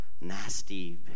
nasty